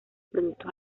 productos